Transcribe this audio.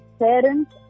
parents